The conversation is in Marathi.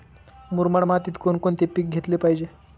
मुरमाड मातीत कोणकोणते पीक घेतले पाहिजे?